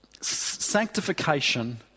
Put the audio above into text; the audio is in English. sanctification